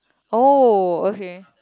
oh okay